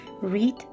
read